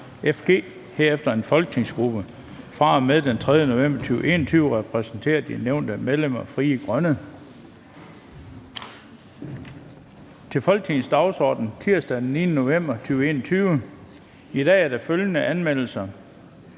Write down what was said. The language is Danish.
(FG) herefter en folketingsgruppe. Fra og med den 3. november 2021 repræsenterer de nævnte medlemmer Frie Grønne (FG). I dag er der følgende anmeldelser: